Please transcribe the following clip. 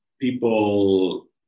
people